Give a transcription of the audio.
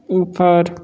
ऊपर